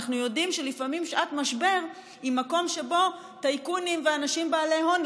אנחנו יודעים שלפעמים שעת משבר היא מקום שבו טייקונים ואנשים בעלי הון,